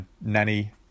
nanny